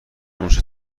اونچه